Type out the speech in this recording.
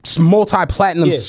multi-platinum